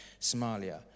Somalia